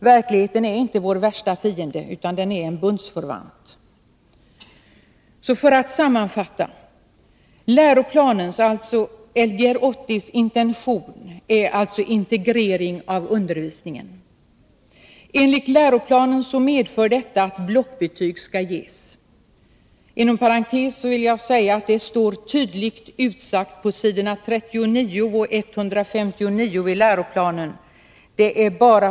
Verkligheten är inte vår värsta fiende, utan en bundsförvant. För att sammanfatta: Läroplanens, Lgr 80:s, intention är integrering av undervisningen. Enligt läroplanen medför detta att blockbetyg skall ges. Jag villinom parentes säga att det står tydligt utsagt på s. 39 och 159 i läroplanen.